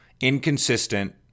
inconsistent